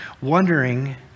wondering